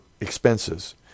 expenses